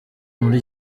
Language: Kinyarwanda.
muri